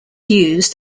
used